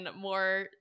more